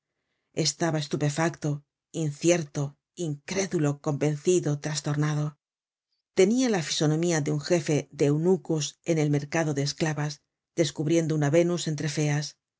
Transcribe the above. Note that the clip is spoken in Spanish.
estaba estupefacto incierto incrédulo convencido trastornado tenia la fisonomía de un jefe de eunucos en el mercado de esclavas descubriendo una vénus entre